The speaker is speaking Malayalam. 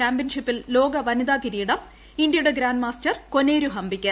റാപിഡ് ചെസ് ചാമ്പ്യൻഷിപ്പിൽ ലോക വനിതാ കിരീടം ഇന്ത്യയുടെ ഗ്രാന്റ് മാസ്റ്റർ കൊനേരു ഹംപിയ്ക്ക്